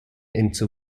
into